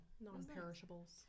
non-perishables